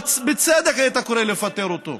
בצדק היית קורא לפטר אותו.